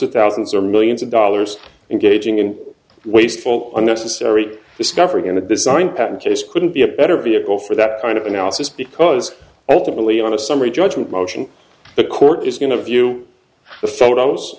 of thousands or millions of dollars in gauging and wasteful unnecessary discovery in a design patent case couldn't be a better vehicle for that kind of analysis because ultimately on a summary judgment motion the court is going to view the photos